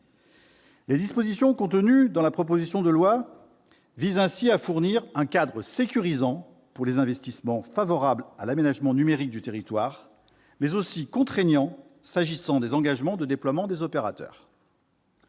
Les dispositions contenues dans la proposition de loi visent ainsi à fournir un cadre sécurisant pour les investissements favorables à l'aménagement numérique du territoire, mais aussi contraignant s'agissant des engagements de déploiement des opérateurs.